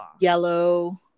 yellow